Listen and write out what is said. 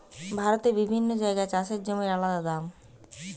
ভারতের বিভিন্ন জাগায় চাষের জমির আলদা দাম